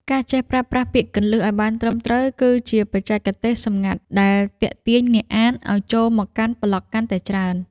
ការចេះប្រើប្រាស់ពាក្យគន្លឹះ ឱ្យបានត្រឹមត្រូវ គឺជាបច្ចេកទេសសម្ងាត់ដែលទាក់ទាញអ្នកអានឱ្យចូលមកកាន់ប្លក់កាន់តែច្រើន។